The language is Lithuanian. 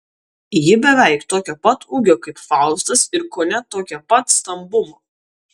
ji beveik tokio pat ūgio kaip faustas ir kone tokio pat stambumo